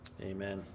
Amen